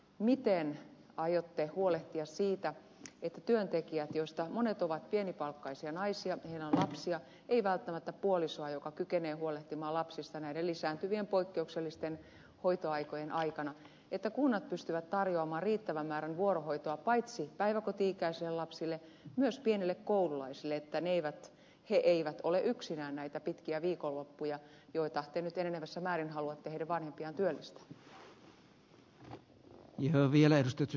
miten aiotte huolehtia siitä työntekijöistä monet ovat pienipalkkaisia naisia joilla on lapsia ei välttämättä puolisoa joka kykenee huolehtimaan lapsista näiden lisääntyvien poikkeuksellisten hoitoaikojen aikana että kunnat pystyvät tarjoamaan riittävän määrän vuorohoitoa paitsi päiväkoti ikäisille lapsille myös pienille koululaisille että he eivät ole yksinään näitä pitkiä viikonloppuja kun heidän vanhempiaan te nyt enenevässä määrin haluatte poikkeuksellisina aikoina työllistää